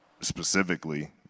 specifically